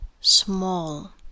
small